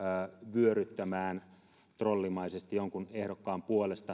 vyöryttämään trollimaisesti jonkun ehdokkaan puolesta